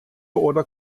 oder